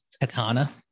Katana